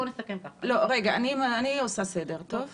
בואו נסכם ככה --- רגע, אני עושה סדר, טוב?